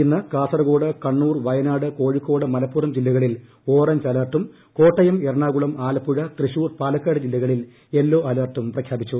ഇന്ന് കാസർഗോഡ് കണ്ണൂർ വയനാട് കോഴിക്കോട് മല്ലപ്പുറം ജില്ലകളിൽ ഓറഞ്ച് അലർട്ടും കോട്ടയം എറണാകു്ളം ആലപ്പുഴ തൃശൂർ പാലക്കാട് ജില്ലകളിൽ യെല്ലോ അലർട്ടും പ്രഖ്യാപിച്ചു